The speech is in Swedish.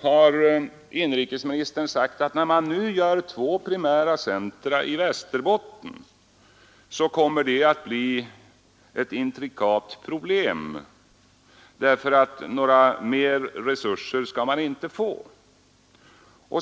säger inrikesministern att när man nu gör två primära centra i Västerbotten, kommer det att medföra ett intrikat problem därför att några mer resurser skall man inte få.